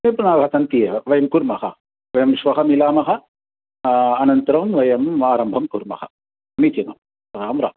निपुणाः सन्ति एव वयं कुर्मः वयं श्वः मिलामः अनन्तरं वयं आरम्भं कुर्मः समीचीनं रां राम्